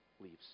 leaves